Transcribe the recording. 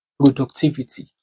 productivity